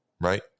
right